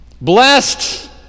Blessed